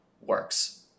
works